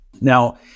Now